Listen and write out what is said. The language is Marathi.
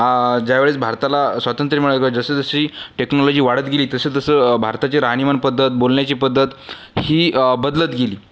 ज्यावेळेस भारताला स्वातंत्र्य मिळालं किंवा जसजशी टेक्नॉलॉजी वाढत गेली तसतसं भारताची राहणीमान पद्धत बोलण्याची पद्धत ही बदलत गेली